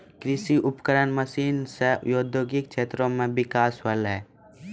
कृषि उपकरण मसीन सें औद्योगिक क्षेत्र म बिकास होलय